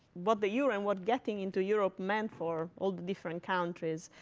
what the euro and what getting into europe meant for all the different countries.